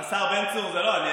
לא,